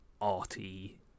arty